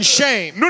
shame